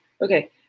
Okay